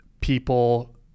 people